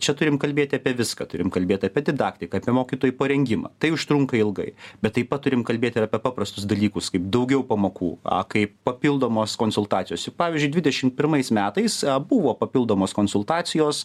čia turim kalbėti apie viską turim kalbėt apie didaktiką apie mokytojų parengimą tai užtrunka ilgai bet taip pat turim kalbėt ir apie paprastus dalykus kaip daugiau pamokų a kaip papildomos konsultacijos juk pavyzdžiui dvidešim pirmais metais buvo papildomos konsultacijos